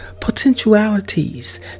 potentialities